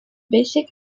basic